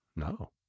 No